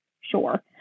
Sure